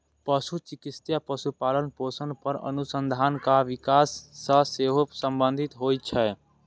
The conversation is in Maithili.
पशु चिकित्सा पशुपालन, पोषण पर अनुसंधान आ विकास सं सेहो संबंधित होइ छै